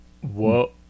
Whoa